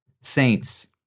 saints